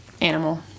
animal